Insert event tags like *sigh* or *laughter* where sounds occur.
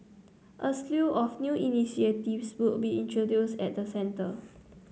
a slew of new initiatives *unintelligible* will be introduced at the centre